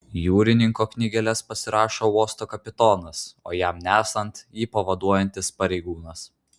jūrininko knygeles pasirašo uosto kapitonas o jam nesant jį pavaduojantis pareigūnas